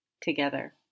together